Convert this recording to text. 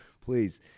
please